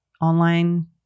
online